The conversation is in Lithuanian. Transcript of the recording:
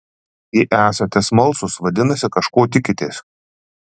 jei esate smalsūs vadinasi kažko tikitės